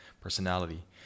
personality